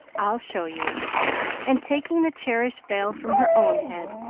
i'll show you and taking the cherished veil from her own head,